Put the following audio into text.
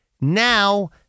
Now